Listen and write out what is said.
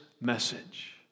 message